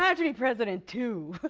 um to be president to'